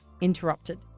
interrupted